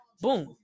boom